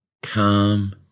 Calm